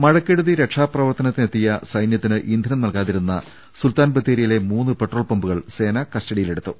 മഴക്കെടുതി രക്ഷാപ്രവർത്തനത്തിനെത്തിയ സൈന്യ ത്തിന് ഇന്ധനം നൽകാതിരുന്ന സുൽത്താൻ ബത്തേരി യിലെ മൂന്ന് പെട്രോൾ പമ്പുകൾ സേന കസ്റ്റഡിയിലെ ടുത്തു